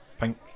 pink